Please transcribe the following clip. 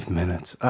minutes